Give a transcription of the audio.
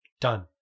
Done